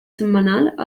setmanal